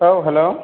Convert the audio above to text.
औ हेल्ल'